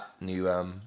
new